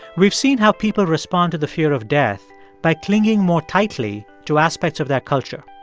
we've seen how people respond to the fear of death by clinging more tightly to aspects of that culture.